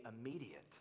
immediate